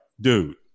dude